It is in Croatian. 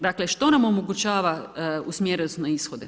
Dakle, što nam omogućava usmjerenost na ishode?